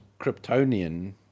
Kryptonian